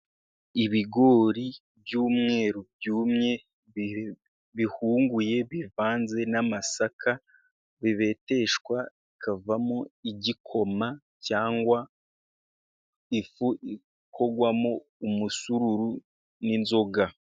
Ibigori by'umweru byumye bihunguye bivanze n'amasaka, bibeteshwa bikavamo igikoma cyangwa ifu ikogwamo umusururu n'inzoga.